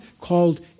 called